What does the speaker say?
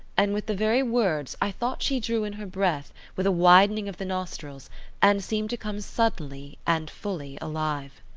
and with the very words i thought she drew in her breath with a widening of the nostrils and seemed to come suddenly and fully alive.